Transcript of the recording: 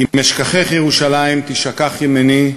"אם אשכחך ירושלם תשכח ימיני,